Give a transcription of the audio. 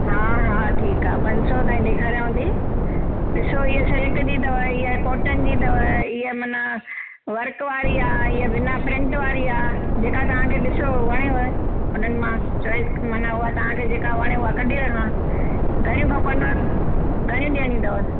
हा हा ठीक आ पंज सौ तांई ॾेखार्यांव ती ॾिसो ही शै निकती थव इअ कॉटन जी थव इअ मन वर्क वारी आ इआ बिना प्रिंट वारी आ जेका तांखे ॾिसो वणेव उननि मांचॉइस मन जेका तांखे वणे उअ कॾी रखां घणी खपंदव घणी ॾिइणी थव